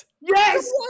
Yes